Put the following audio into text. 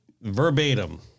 Verbatim